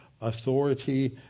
authority